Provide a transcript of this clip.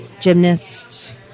Gymnast